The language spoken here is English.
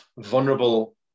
vulnerable